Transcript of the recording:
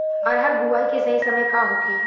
अरहर बुआई के सही समय का होखे?